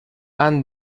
han